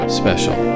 special